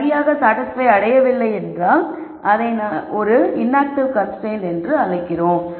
சரியாக சாடிஸ்பய் அடையவில்லை என்றால் அப்பா அதை ஒரு இன்ஆக்டிவ் கன்ஸ்ரைன்ட் என்று அழைக்கிறோம்